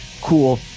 cool